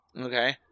Okay